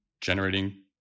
generating